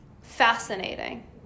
fascinating